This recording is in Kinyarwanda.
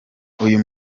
uyu